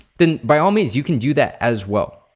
then by all means you can do that as well.